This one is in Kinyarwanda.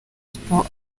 sports